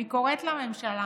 אני קוראת לממשלה: